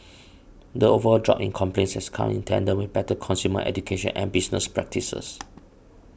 the overall drop in complaints has come in tandem with better consumer education and business practices